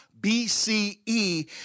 BCE